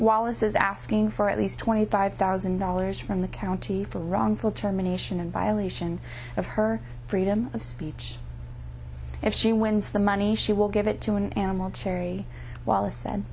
wallace is asking for at least twenty five thousand dollars from the county for wrongful termination and violation of her freedom of speech if she wins the money she will give it to an animal cherry wallace said